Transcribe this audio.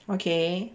okay